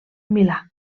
milà